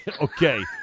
Okay